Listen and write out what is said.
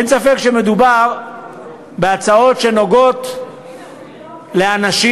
אין ספק שמדובר בהצעות שנוגעות לאנשים